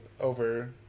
over